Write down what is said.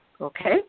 okay